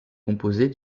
composée